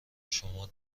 شما